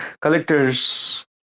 collectors